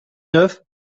neuf